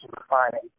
refining